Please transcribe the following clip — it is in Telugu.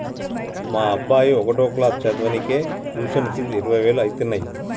మా అబ్బాయి ఒకటో క్లాసు చదవనీకే ట్యుషన్ ఫీజు ఇరవై వేలు అయితన్నయ్యి